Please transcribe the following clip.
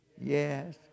Yes